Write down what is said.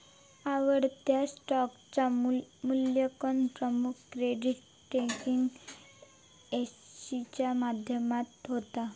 आवडत्या स्टॉकचा मुल्यांकन प्रमुख क्रेडीट रेटींग एजेंसीच्या माध्यमातना होता